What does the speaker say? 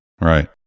Right